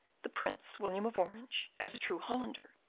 the prince william of orange, as a true hollander,